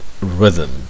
rhythm